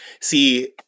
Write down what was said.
see